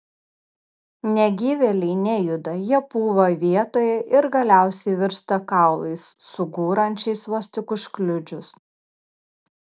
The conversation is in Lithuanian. negyvėliai nejuda jie pūva vietoje ir galiausiai virsta kaulais sugūrančiais vos tik užkliudžius